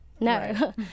no